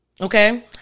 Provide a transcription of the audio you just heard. Okay